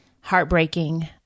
heartbreaking